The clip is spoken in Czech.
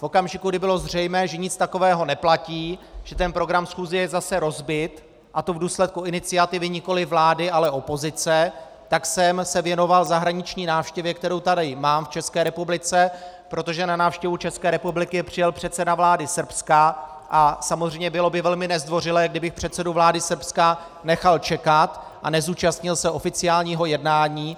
V okamžiku, kdy bylo zřejmé, že nic takového neplatí, že ten program schůze je zase rozbit, a to v důsledku iniciativy nikoliv vlády, ale opozice, tak jsem se věnoval zahraniční návštěvě, kterou tady mám v České republice, protože na návštěvu České republiky přijel předseda vlády Srbska a samozřejmě bylo by velmi nezdvořilé, kdybych předsedu vlády Srbska nechal čekat a nezúčastnil se oficiálního jednání.